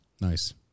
Nice